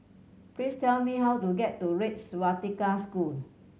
please tell me how to get to Red Swastika School